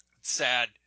Sad